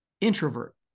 introvert